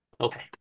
Okay